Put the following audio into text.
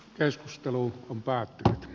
keskustelu on päättynyt